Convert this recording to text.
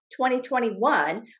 2021